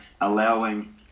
allowing